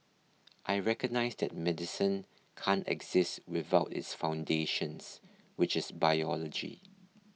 I recognise that medicine can't exist without its foundations which is biology